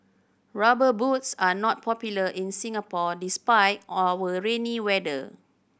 Rubber Boots are not popular in Singapore despite our rainy weather